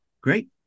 Great